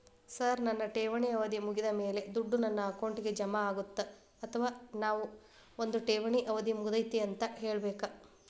Sir ನನ್ನ ಠೇವಣಿ ಅವಧಿ ಮುಗಿದಮೇಲೆ, ದುಡ್ಡು ನನ್ನ ಅಕೌಂಟ್ಗೆ ಜಮಾ ಆಗುತ್ತ ಅಥವಾ ನಾವ್ ಬಂದು ಠೇವಣಿ ಅವಧಿ ಮುಗದೈತಿ ಅಂತ ಹೇಳಬೇಕ?